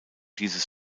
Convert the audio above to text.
dieses